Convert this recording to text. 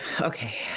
Okay